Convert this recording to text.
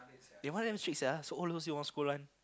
eh why damn strict sia so old also you want scold one